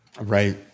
Right